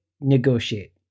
negotiate